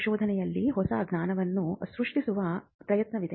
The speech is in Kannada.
ಸಂಶೋಧನೆಯಲ್ಲಿ ಹೊಸ ಜ್ಞಾನವನ್ನು ಸೃಷ್ಟಿಸುವ ಪ್ರಯತ್ನವಿದೆ